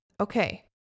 Okay